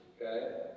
Okay